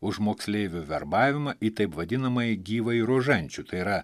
už moksleivių verbavimą į taip vadinamąjį gyvąjį rožančių tai yra